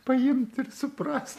paimt ir suprast